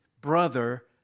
brother